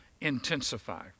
intensify